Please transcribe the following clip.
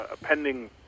pending